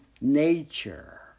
nature